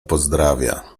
pozdrawia